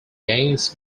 gains